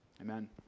Amen